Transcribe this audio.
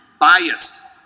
biased